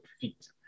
feet